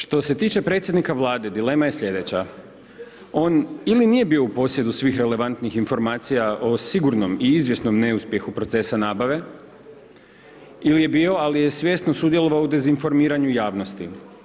Što se tiče predsjednika Vlade, dilema je slijedeća, on ili nije bio u posjedu svih relevantnih informacija o sigurnom i izvjesnom neuspjehu procesa nabave ili je bio, ali je svjesno sudjelovao u dezinformiranju javnosti.